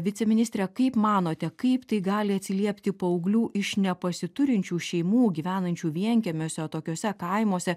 viceministre kaip manote kaip tai gali atsiliepti paauglių iš nepasiturinčių šeimų gyvenančių vienkiemiuose atokiuose kaimuose